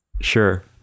sure